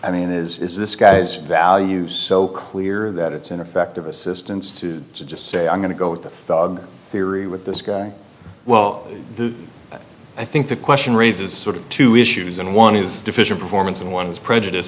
i mean is is this guy's value so clear that it's ineffective assistance to just say i'm going to go with the dog theory with this guy well i think the question raises sort of two issues and one is deficient performance and one's prejudice